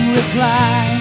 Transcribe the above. reply